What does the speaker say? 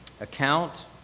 account